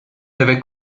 debe